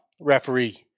referee